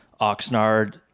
Oxnard